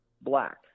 Black